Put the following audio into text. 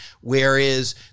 Whereas